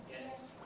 Yes